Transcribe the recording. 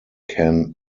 can